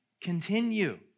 continue